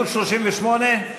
36,